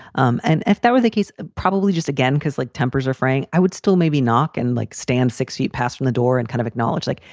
um and if that were the case, probably just again, because like tempers are fraying, i would still maybe knock and like stand six feet, pass from the door and kind of acknowledge like,